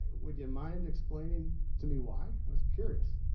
would you mind explaining to me why? i was curious.